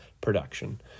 production